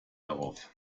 darauf